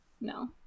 no